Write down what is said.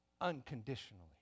unconditionally